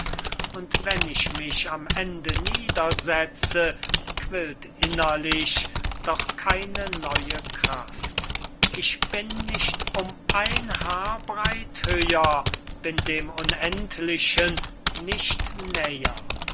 und wenn ich mich am ende niedersetze quillt innerlich doch keine neue kraft ich bin nicht um ein haar breit höher bin dem unendlichen nicht